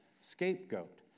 scapegoat